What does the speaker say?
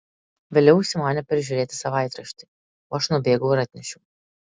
vėliau užsimanė peržiūrėti savaitraštį o aš nubėgau ir atnešiau